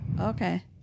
Okay